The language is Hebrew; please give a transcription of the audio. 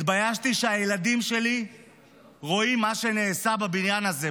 התביישתי שהילדים שלי רואים מה שנעשה בבניין הזה,